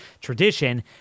tradition